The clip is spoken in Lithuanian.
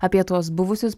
apie tuos buvusius